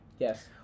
Yes